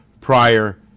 prior